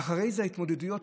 אחרי זה ההתמודדויות,